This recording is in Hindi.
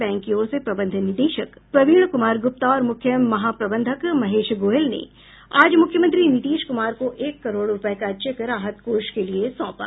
बैंक की ओर से प्रबंध निदेशक प्रवीण कुमार गुप्ता और मुख्य महाप्रबंधक महेश गोयल ने आज मुख्यमंत्री नीतीश कुमार को एक करोड़ रुपये का चेक राहत कोष के लिए सौंपा